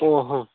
ଓ ହଁ